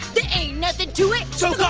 there ain't nothing to it, so